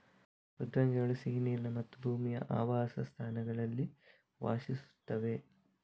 ಮೃದ್ವಂಗಿಗಳು ಸಿಹಿ ನೀರಿನ ಮತ್ತು ಭೂಮಿಯ ಆವಾಸಸ್ಥಾನಗಳಲ್ಲಿ ವಾಸಿಸುತ್ತವೆ